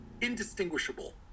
indistinguishable